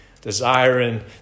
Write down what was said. desiring